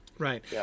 Right